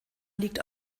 liegt